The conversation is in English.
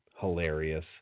hilarious